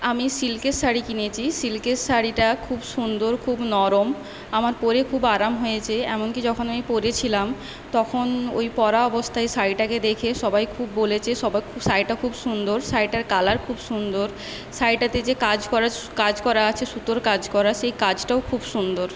আমি সিল্কের শাড়ি কিনেছি সিল্কের শাড়িটা খুব সুন্দর খুব নরম আমার পরে খুব আরাম হয়েছে এমনকি যখন আমি পরেছিলাম তখন ওই পরা অবস্থায় শাড়িটাকে দেখে সবাই খুব বলেছে সবাই খু শাড়িটা খুব সুন্দর শাড়িটার কালার খুব সুন্দর শাড়িটাতে যে কাজ করা কাজ করা আছে সুতোর কাজ করা সেই কাজটাও খুব সুন্দর